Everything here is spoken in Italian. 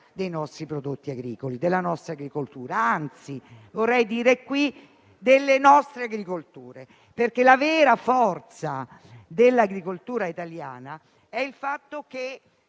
dei nostri prodotti agricoli e della nostra agricoltura. Anzi, vorrei dire qui delle nostre agricolture, perché la vera forza dell'agricoltura italiana è il fatto che